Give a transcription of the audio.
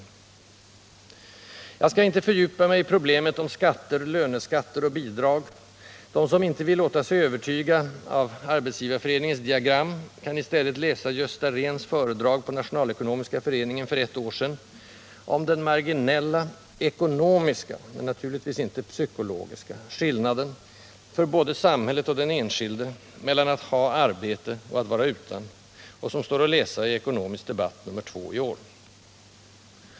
Jag skall inte fördjupa mig i problemet om skatter, löneskatter och bidrag; de som inte vill låta sig övertyga av SAF:s diagram kan i stället läsa Gösta Rehns föredrag på Nationalekonomiska föreningen för ett år sedan om den marginella ekonomiska — men naturligtvis inte psykologiska — skillnaden för både samhället och den enskilde mellan att ha arbete och att vara utan; det står att läsa i Ekonomisk Debatt nr 2 1977.